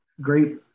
great